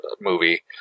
movie